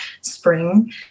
spring